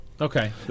Okay